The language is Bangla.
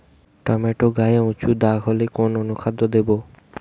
টমেটো গায়ে উচু দাগ হলে কোন অনুখাদ্য দেবো?